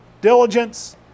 diligence